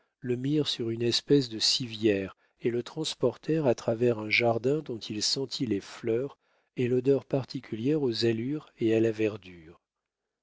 le mirent sur une espèce de civière et le transportèrent à travers un jardin dont il sentit les fleurs et l'odeur particulière aux arbres et à la verdure